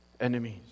enemies